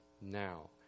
now